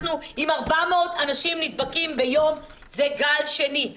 אנחנו עם 400 נדבקים ביום זה גל שני.